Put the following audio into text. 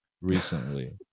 Recently